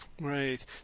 Right